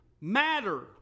matter